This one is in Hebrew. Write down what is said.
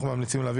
אנחנו עוברים